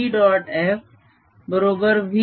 F बरोबर v